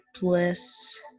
bliss